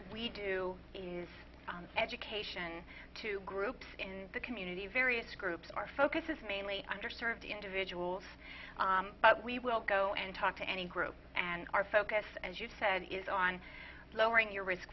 we do use education to groups in the community various groups are focuses mainly under served individuals but we will go and talk to any group and our focus as you said is on lowering your risk